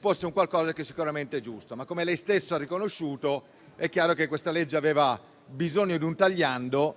fosse qualcosa di sicuramente giusto. Come però lei stesso ha riconosciuto, è chiaro che questa legge aveva bisogno di un tagliando,